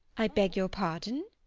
i beg your pardon?